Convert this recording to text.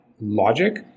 logic